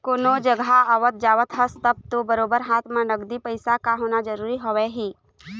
कोनो जघा आवत जावत हस तब तो बरोबर हाथ म नगदी पइसा के होना जरुरी हवय ही